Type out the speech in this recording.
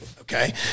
okay